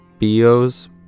Bios